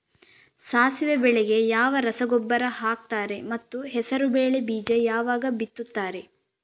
ಸಾಸಿವೆ ಬೆಳೆಗೆ ಯಾವ ರಸಗೊಬ್ಬರ ಹಾಕ್ತಾರೆ ಮತ್ತು ಹೆಸರುಬೇಳೆ ಬೀಜ ಯಾವಾಗ ಬಿತ್ತುತ್ತಾರೆ?